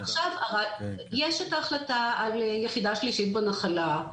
יש את ההחלטה על יחידה שלישית בנחלה.